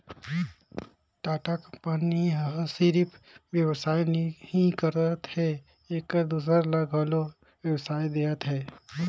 Tata company ह सिरिफ बेवसाय नी करत हे एहर दूसर ल घलो बेवसाय देहत हे